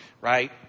right